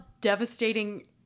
devastating